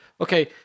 Okay